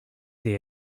they